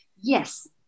Yes